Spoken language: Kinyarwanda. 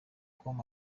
com